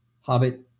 hobbit